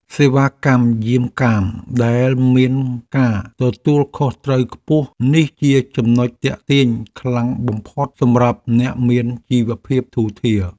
សេវាកម្មយាមកាមដែលមានការទទួលខុសត្រូវខ្ពស់នេះជាចំណុចទាក់ទាញខ្លាំងបំផុតសម្រាប់អ្នកមានជីវភាពធូរធារ។